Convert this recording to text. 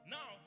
Now